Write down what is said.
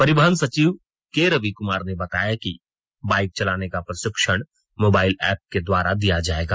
परिवहन सचिव के रविक्मार ने बताया कि बाइक चलाने का प्रशिक्षण मोबाइल एप्प के द्वारा दिया जाएगा